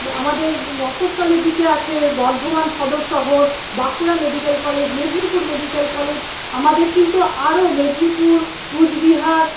আমাদের মফঃস্বলের দিকে আছে বর্ধমান সদর শহর Bankura medical college Medinipur medical college আমাদের কিন্তু আরও মেদিনীপুর কুচবিহার